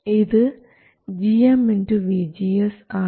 ഇത് gm vGS ആണ്